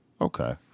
okay